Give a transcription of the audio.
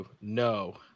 no